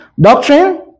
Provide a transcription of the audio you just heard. doctrine